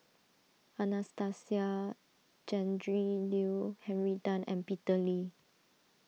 Anastasia Tjendri Liew Henry Tan and Peter Lee